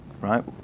right